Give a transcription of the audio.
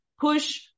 push